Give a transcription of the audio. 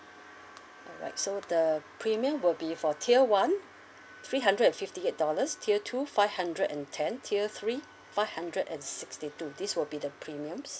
alright so the premium will be for tier one three hundred and fifty eight dollars tier two five hundred and ten tier three five hundred and sixty two this will be the premiums